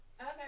Okay